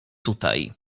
tutaj